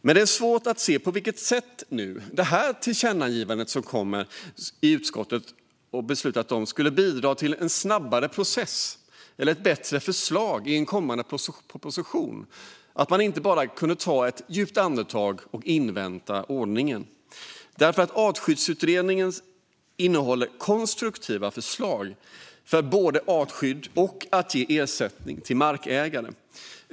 Men det är svårt att se på vilket sätt det förslag till tillkännagivande som utskottet beslutat om skulle bidra till en snabbare process eller till ett bättre förslag i en kommande proposition. Att man inte bara kunde ta ett djupt andetag och invänta ordningen! Artskyddsutredningen innehåller konstruktiva förslag för både artskydd och ersättning till markägare.